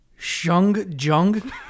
Shung-jung